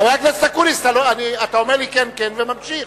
חבר הכנסת אקוניס, אתה אומר לי כן, כן, וממשיך.